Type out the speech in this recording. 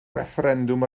refferendwm